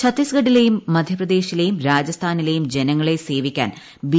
ഛത്തീസ്ഗഢിലെയും മധ്യപ്രദേശിലെയും രാജസ്ഥാനിലെയും ജനങ്ങളെ സേവിക്കാൻ ബി